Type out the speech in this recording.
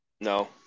No